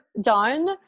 done